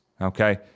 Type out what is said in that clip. okay